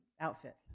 outfit